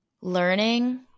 learning